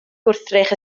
gwrthrych